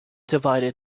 divided